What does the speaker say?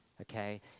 okay